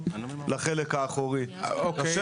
כמה לקחת?